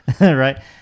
right